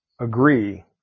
agree